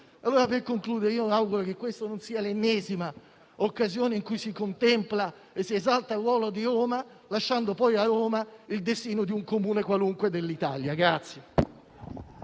Per concludere, mi auguro che questa non sia l'ennesima occasione in cui si contempla e si esalta il ruolo di Roma, lasciando poi a Roma il destino di un qualunque Comune d'Italia.